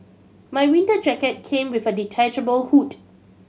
my winter jacket came with a detachable hood